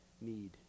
need